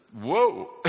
whoa